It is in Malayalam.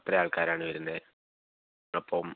അത്രയും ആൾക്കാരാണ് വരുന്നത് അപ്പം